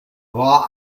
war